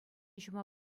ҫума